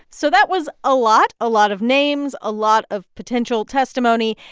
so that was a lot a lot of names, a lot of potential testimony.